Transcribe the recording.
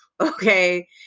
okay